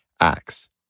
acts